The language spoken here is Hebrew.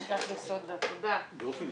אבל יש מקום לשים אותה ברוח מדבר.